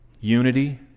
Unity